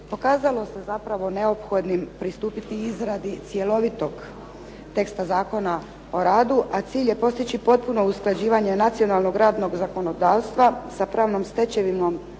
Pokazalo se zapravo neophodnim pristupiti izradi cjelovitog teksta Zakona o radu, a cilj je postići usklađivanje nacionalnog radnog zakonodavstva sa pravnom stečevinom